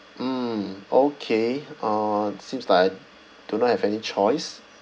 mm okay uh since like I do not have any choice